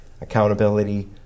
accountability